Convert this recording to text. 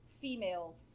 female